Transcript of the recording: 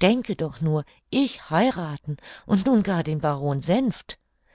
denke doch nur ich heirathen und nun gar den baron senft